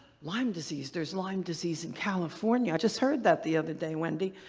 lyme disease. there's lyme disease in california. i just heard that the other day, wendy,